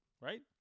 Right